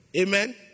Amen